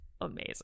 amazing